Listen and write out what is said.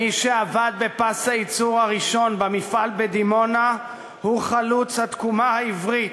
מי שעבד בפס הייצור הראשון במפעל בדימונה הוא חלוץ התקומה העברית,